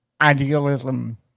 idealism